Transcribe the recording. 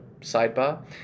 sidebar